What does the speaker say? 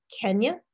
Kenya